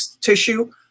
tissue